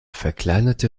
verkleinerte